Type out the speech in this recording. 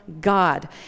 God